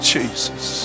Jesus